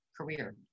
career